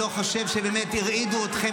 אני לא חושב שבאמת הרעידו אתכם,